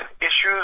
issues